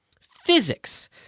Physics